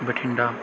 Bathinda